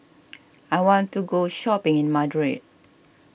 I want to go shopping in Madrid